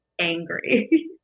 angry